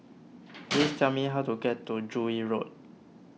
please tell me how to get to Joo Yee Road